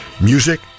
music